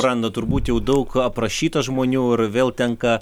randat turbūt jau daug aprašyta žmonių ir vėl tenka